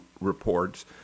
reports